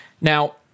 Now